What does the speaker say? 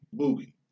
Boogie